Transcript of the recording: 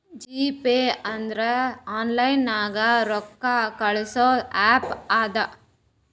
GPay ಅಂದುರ್ online ನಾಗ್ ರೊಕ್ಕಾ ಕಳ್ಸದ್ ಆ್ಯಪ್ ಅದಾ